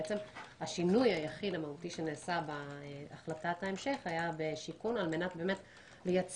השינוי המהותי היחיד שנעשה בהחלטת ההמשך היה בשיכון על מנת לייצר